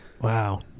Wow